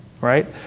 right